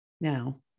now